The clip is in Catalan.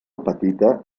petita